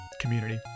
community